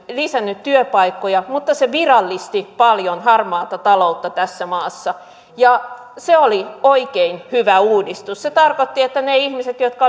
lisännyt työpaikkoja mutta se virallisti paljon harmaata taloutta tässä maassa ja se oli oikein hyvä uudistus se tarkoitti että ne ihmiset jotka